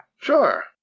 Sure